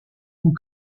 tout